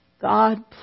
God